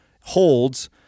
holds